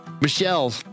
Michelle